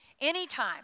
Anytime